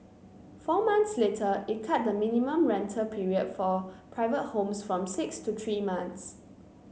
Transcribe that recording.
four months later it cut the minimum rental period for private homes from six to three months